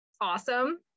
awesome